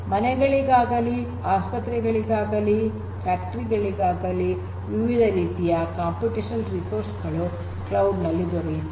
ಮನೆಗಳಿಗಾಗಲಿ ಆಸ್ಪತ್ರೆಗಳಿಗಾಗಲಿ ಫ್ಯಾಕ್ಟರಿಗಳಿಗಾಗಲಿ ವಿವಿಧ ರೀತಿಯ ಕಂಪ್ಯೂಟೇಷನಲ್ ರಿಸೋರ್ಸ್ ಗಳು ಕ್ಲೌಡ್ ನಲ್ಲಿ ದೊರೆಯುತ್ತವೆ